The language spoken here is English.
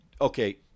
Okay